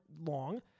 long